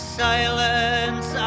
silence